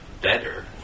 better